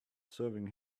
serving